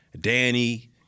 Danny